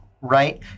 right